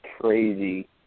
crazy